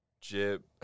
Jib